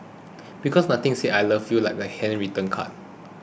because nothing says I love you like a handwritten card